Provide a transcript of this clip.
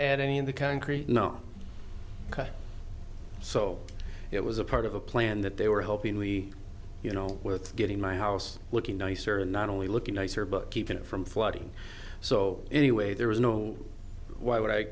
add any of the concrete no cut so it was a part of a plan that they were hoping we you know with getting my house looking nice or not only looking nicer book keeping it from flooding so anyway there was no why would i